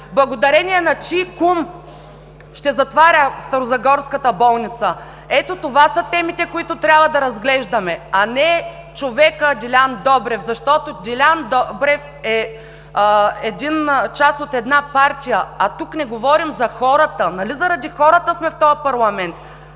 Благодарение на чий кум ще затваря старозагорската болница? Ето това са темите, които трябва да разглеждаме, а не човека Делян Добрев. Защото Делян Добрев е част от една партия, а тук не говорим за хората. Нали заради хората сме в този парламент?